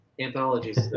Anthologies